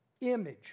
image